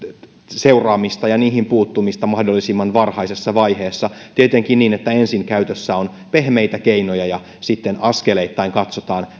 seuraamista ja niihin puuttumista mahdollisimman varhaisessa vaiheessa tietenkin niin että ensin käytössä on pehmeitä keinoja ja sitten askeleittain katsotaan